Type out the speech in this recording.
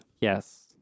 Yes